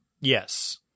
Yes